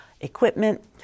Equipment